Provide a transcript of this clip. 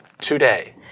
today